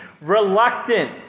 reluctant